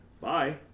bye